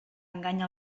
enganya